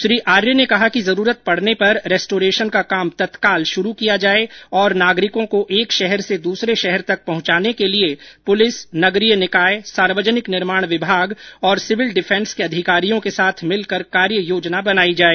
श्री आर्य ने कहा कि जरूरत पड़ने पर रेस्टोरेशन का काम तत्काल शुरू किया जाए और नागरिकों को एक शहर से दूसरे शहर तक पहुंचाने के लिए पुलिस नगरीय निकाय सार्वजनिक निर्माण विभाग और सिविल डिफेंस के अधिकारियों के साथ मिलकर कार्य योजना बनाई जाए